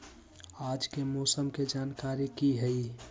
आज के मौसम के जानकारी कि हई?